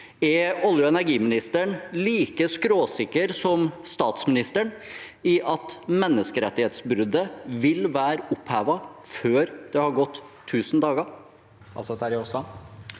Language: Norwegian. Er olje- og energiministeren like skråsikker som statsministeren på at menneskerettighetsbruddet vil være opphevet før det har gått 1 000 dager?